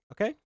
Okay